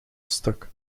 stuk